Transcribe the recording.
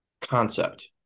concept